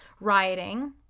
rioting